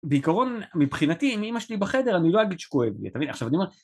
בעיקרון מבחינתי אם אימא שלי בחדר אני לא אגיד שכואב לי, תמיד עכשיו אני אומר